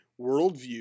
worldview